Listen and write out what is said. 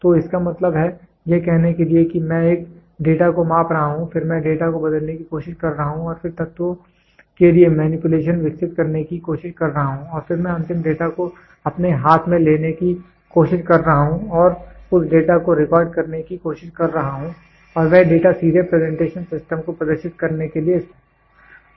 तो इसका मतलब है यह कहने के लिए कि मैं एक डेटा को माप रहा हूं फिर मैं डेटा को बदलने की कोशिश कर रहा हूं और फिर तत्वों के लिए मैनिपुलेशन विकसित करने की कोशिश कर रहा हूं और फिर मैं अंतिम डेटा को अपने हाथ में लेने की कोशिश कर रहा हूं और उस डेटा को रिकॉर्ड करने की कोशिश कर रहा हूं और वह डेटा सीधे प्रेजेंटेशन सिस्टम को प्रदर्शित करने के लिए इस्तेमाल किया जा सकता है